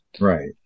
Right